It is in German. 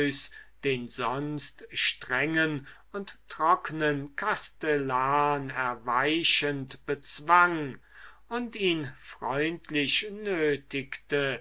den sonst strengen und trocknen kastellan erweichend bezwang und ihn freundlich nötigte